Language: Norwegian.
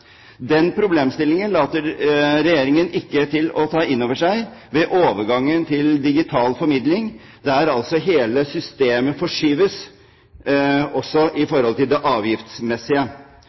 Den problemstillingen later Regjeringen ikke til å ta inn over seg ved overgangen til digital formidling, der altså hele systemet forskyves, også i forhold til det avgiftsmessige.